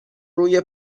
روی